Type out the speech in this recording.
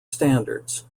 standards